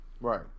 right